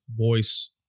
voice